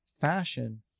fashion